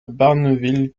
barneville